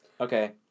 Okay